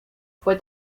fue